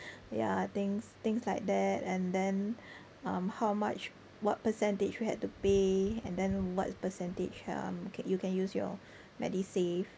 ya things things like that and then um how much what percentage you had to pay and then what percentage um ca~ you can use your medisave